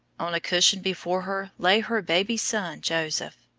on a cushion before her lay her baby son joseph,